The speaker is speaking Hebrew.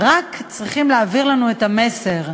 זה לא האמת כואבת.